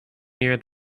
near